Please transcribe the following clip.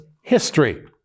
history